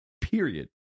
Period